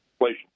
inflation